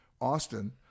Austin